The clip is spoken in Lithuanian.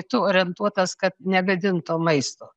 tu orientuotas kad negadint to maisto